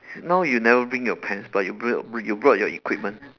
now you never bring your pants but you brought your brought your equipment